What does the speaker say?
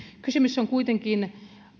kysymys on kuitenkin